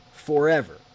forever